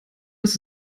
ist